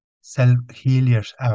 self-healers